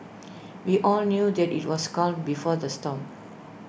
we all knew that IT was calm before the storm